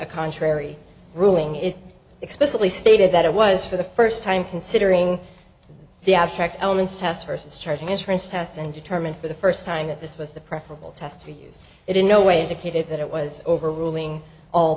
a contrary ruling it explicitly stated that it was for the first time considering the abstract elements tests versus charging interest has and determined for the first time that this was the preferable test to be used it in no way indicated that it was overruling all